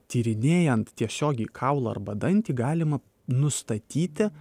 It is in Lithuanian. tyrinėjant tiesiogiai kaulą arba dantį galima nustatyti